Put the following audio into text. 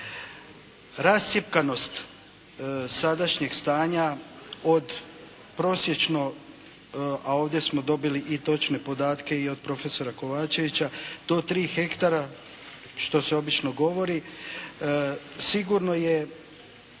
Rascjepkanost sadašnjeg stanja od prosječno, a ovdje smo dobili i točne podatke i od profesora Kovačevića, do tri hektara, što se obično govori, sigurno je